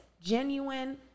genuine